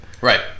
Right